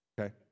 Okay